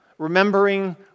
Remembering